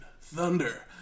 Thunder